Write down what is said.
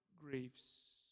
griefs